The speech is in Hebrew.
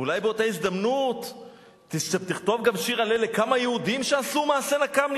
אולי באותה הזדמנות תכתוב גם שיר הלל לכמה יהודים שעשו מעשה נקם,